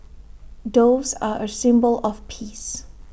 doves are A symbol of peace